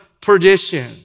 perdition